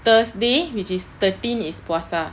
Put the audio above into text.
thursday which is thirteen is puasa